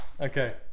okay